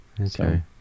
okay